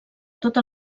tota